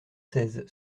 seize